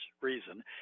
reason